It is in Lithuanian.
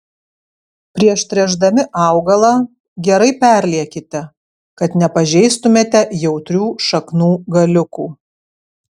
prieš tręšdami augalą gerai perliekite kad nepažeistumėte jautrių šaknų galiukų